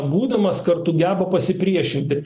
būdamas kartu geba pasipriešinti